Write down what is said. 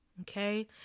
Okay